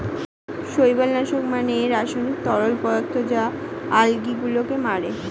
শৈবাল নাশক মানে রাসায়নিক তরল পদার্থ যা আলগী গুলোকে মারে